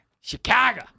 Chicago